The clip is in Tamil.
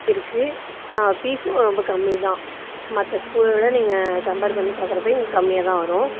இருக்கு ஆ ஃபீசும் ரொம்ப கம்மி தான் மற்ற ஸ்கூலை விட நீங்கள் கம்பேர் பண்ணி பார்க்குறப்போ இங்கே கம்மியாக தான் வரும்